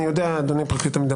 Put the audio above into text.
אני יודע אדוני פרקליט המדינה,